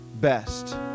best